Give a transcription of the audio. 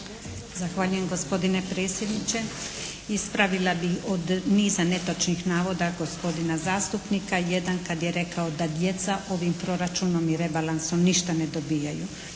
Zahvaljujem gospodine predsjedniče. Ispravila bih od niza netočnih navoda gospodina zastupnika jedan kad je rekao da djeca ovim proračunom i rebalansom ništa ne dobijaju.